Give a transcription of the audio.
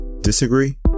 Disagree